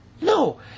No